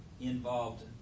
involved